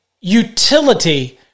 utility